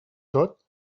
tot